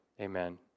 Amen